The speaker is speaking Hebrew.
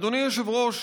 אדוני היושב-ראש,